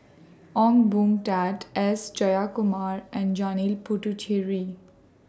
Ong Boon Tat S Jayakumar and Janil Puthucheary